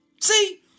See